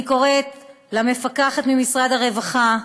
אני קוראת למפקחת ממשרד הרווחה,